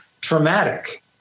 traumatic